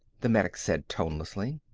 the medic said tonelessly.